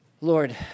Lord